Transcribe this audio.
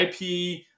IP